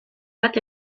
bat